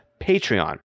Patreon